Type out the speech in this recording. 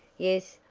yes,